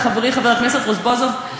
חברי חבר הכנסת רזבוזוב,